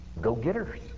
go-getters